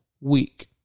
week